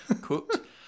cooked